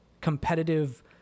competitive